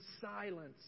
silence